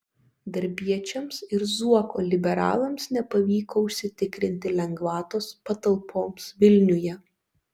darbiečiams ir zuoko liberalams nepavyko užsitikrinti lengvatos patalpoms vilniuje